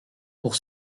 pour